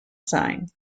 sign